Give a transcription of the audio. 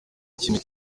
kimwe